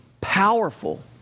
powerful